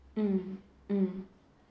mm mm